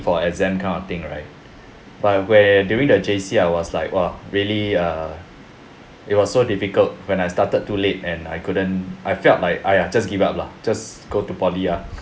for exam kind of thing right but where during the J_C I was like !wah! really err it was so difficult when I started too late and I couldn't I felt like !aiya! just give up lah just go to poly ah